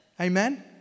Amen